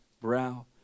brow